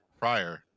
prior